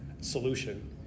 solution